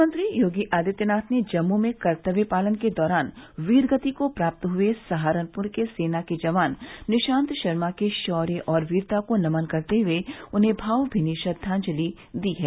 मुख्यमंत्री योगी आदित्यनाथ ने जम्मू में कर्तव्य पालन के दौरान वीरगति को प्राप्त हुए सहारनपुर के सेना के जवान निशान्त शर्मा के शौर्य और वीरता को नमन करते हुए उन्हें भावमीनी श्रद्वांजलि दी है